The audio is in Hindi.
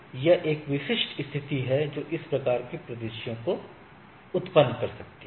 तो यह एक विशिष्ट स्थिति है जो इस प्रकार के परिदृश्यों में उत्पन्न हो सकती है